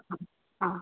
അ അ